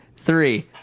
three